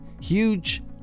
huge